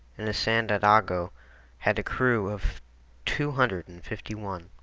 and the santiago had a crew of two hundred and fifty one.